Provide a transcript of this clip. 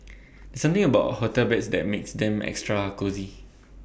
there's something about A hotel beds that makes them extra cosy